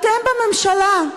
אתם בממשלה,